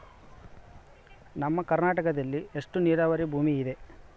ನಮ್ಮ ಕರ್ನಾಟಕದಲ್ಲಿ ಎಷ್ಟು ನೇರಾವರಿ ಭೂಮಿ ಇದೆ?